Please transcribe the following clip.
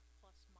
plus